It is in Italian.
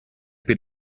per